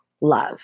love